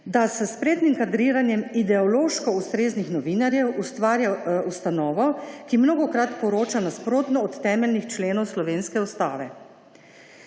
da s spretnim kadriranjem ideološko ustreznih novinarjev ustvarja ustanovo, ki mnogokrat poroča nasprotno od temeljnih členov slovenske ustave.